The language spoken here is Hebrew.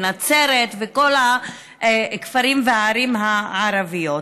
נצרת וכל הכפרים והערים הערביות.